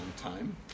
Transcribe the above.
time